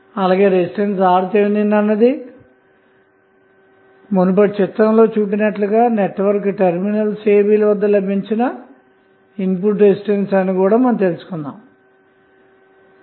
అలాగే resistance RTh అన్నది మునుపటి చిత్రంలో చూపినట్లుగా నెట్వర్క్ టెర్మినల్స్ ab ల వద్ద లభించిన ఇన్పుట్ రెసిస్టెన్స్ అన్న మాట